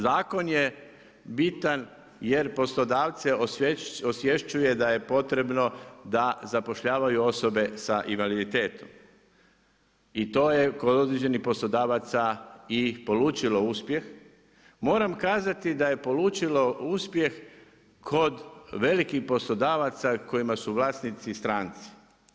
Zakon je bitan jer poslodavce osvješćuje da je potrebno da zapošljavaju osobe sa invaliditetom i to je kod određenih poslodavaca i polučilo uspjeh, moram kazati da je polučilo uspjeh kod velikih poslodavaca kojima su vlasnici stranci.